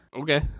Okay